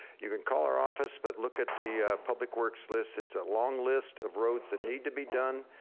you can call our office, but look at the public works list. it's a long list of roads that need to be done.